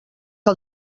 que